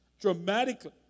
dramatically